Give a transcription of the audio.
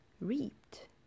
reaped